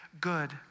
good